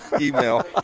email